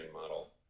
model